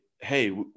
hey